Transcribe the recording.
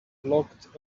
locked